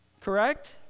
correct